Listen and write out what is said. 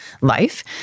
life